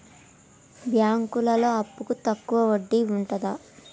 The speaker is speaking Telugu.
బ్యాంకులలో అప్పుకు తక్కువ వడ్డీ ఉంటదా?